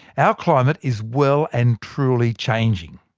our climate is well and truly changing.